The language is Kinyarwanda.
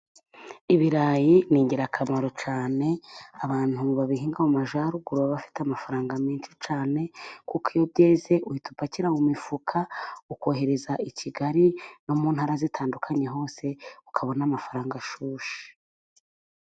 Ibirayi ni ingirakamaro cyane, abantu babihinga mu majyaruguru baba bafite amafaranga menshi cyane, kuko iyo byeze uhita upakira mu mifuka ukohereza i Kigali no mu ntara zitandukanye hose, ukabona amafaranga ashyushye.